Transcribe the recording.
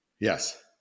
Yes